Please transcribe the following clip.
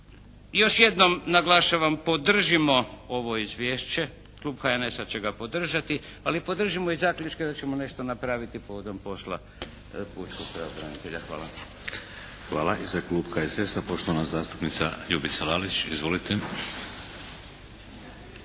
Još jednom naglašavam, podržimo ovo izvješće, klub HNS-a će ga podržati ali podržimo i zaključke da ćemo nešto napraviti povodom posla pučkog pravobranitelja. Hvala. **Šeks, Vladimir (HDZ)** Hvala. I za klub HSS-a poštovana zastupnica Ljubica Lalić. Izvolite.